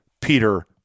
Peter